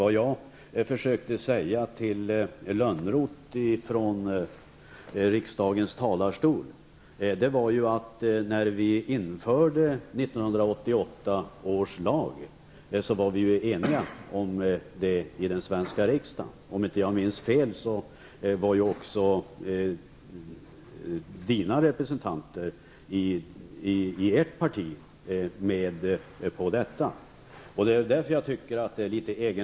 Vad jag försökte säga till Johan Lönnroth från riksdagens talarstol var att vi i den svenska riksdagen var eniga när vi införde 1988 års lag. Om jag inte minns fel var också representanterna från Johan Lönnroths parti med på detta.